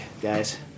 guys